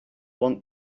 want